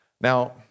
Now